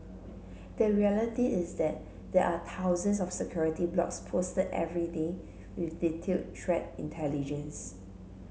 the reality is that there are thousands of security blogs posted every day with detailed threat intelligence